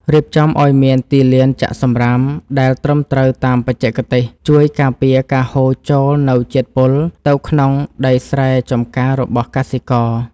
រៀបចំឱ្យមានទីលានចាក់សំរាមដែលត្រឹមត្រូវតាមបច្ចេកទេសជួយការពារការហូរចូលនូវជាតិពុលទៅក្នុងដីស្រែចម្ការរបស់កសិករ។